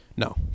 No